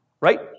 Right